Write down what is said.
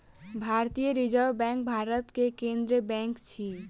भारतीय reserve bank Bharat के केंद्रीय बैंक अछि